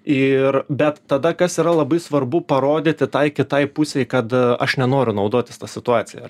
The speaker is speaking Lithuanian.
ir bet tada kas yra labai svarbu parodyti tai kitai pusei kad aš nenoriu naudotis ta situacija